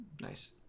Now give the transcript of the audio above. nice